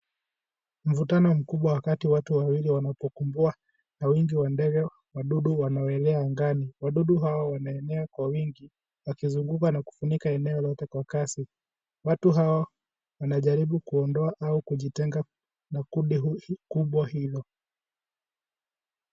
Mvutano mkubwa kati ya watu wawili wanapo kumbwa, na wingi wa ndege wadudu wanao elea angani, wadudu hawa wanaenea kwa wingi wakizunguka na kufunika eneo lote kwa kasi, watu hawa wanajaribu kuondoa au kujitenga na kundi hu kubwa hilo.